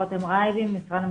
בסדר.